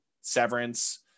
severance